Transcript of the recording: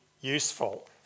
useful